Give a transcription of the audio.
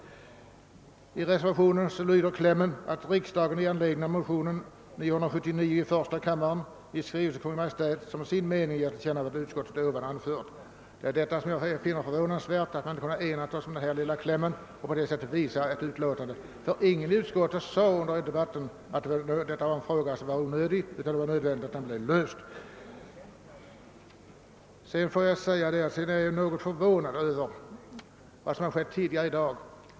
Jag finner det förvånansvärt att vi inte har kunnat enas om denna lilla kläm och på det sättet visa ett enhälligt utlåtande. Ingen i utskottet sade under debatten att detta var en onödig fråga utan menade tvärtom att det var nödvändigt att den löstes. Jag är också något förvånad över vad som skett tidigare i dag.